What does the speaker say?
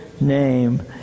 name